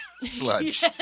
sludge